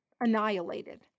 annihilated